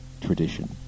tradition